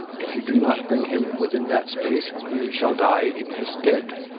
if you do not bring him within that space, you shall die in his stead.